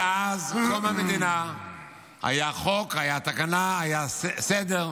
מאז קום המדינה היה חוק, הייתה תקנה, היה הסדר.